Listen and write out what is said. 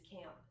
camp